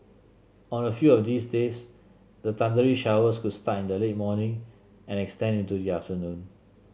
on a few of these days the thundery showers could start in the late morning and extend into the afternoon